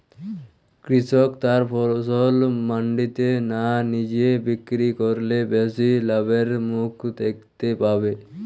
কৃষক তার ফসল মান্ডিতে না নিজে বিক্রি করলে বেশি লাভের মুখ দেখতে পাবে?